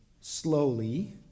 slowly